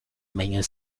main